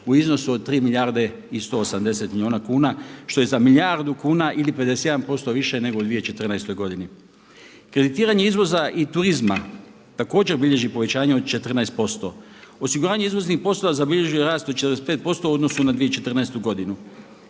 u iznosu od 3 milijarde i 180 milijuna kuna što je za milijardu kuna ili 51% više nego u 2014. godini. Kreditiranje izvoza i turizma također bilježi povećanje od 14%. Osiguranje izvoznih poslova zabilježio je rast od 45% u odnosu na 2014. godinu.